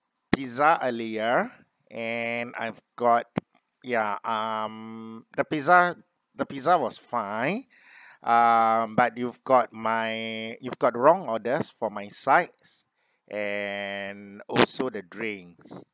pizza earlier and I've got yeah um the pizza the pizza was fine uh but you've got my you've got wrong orders for my sides and also the drinks